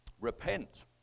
Repent